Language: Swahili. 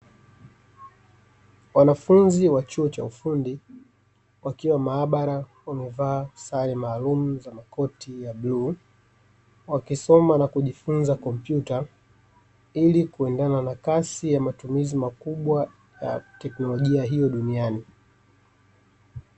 Wanafunzi wa chuo cha ufundi, wakiwa maabara, wamevaa sare maalumu za makoti ya buluu, wakisoma na kujifunza kompyuta, ili kuendana na kasi ya matumizi makubwa, ya tekinolojia hiyo duniani.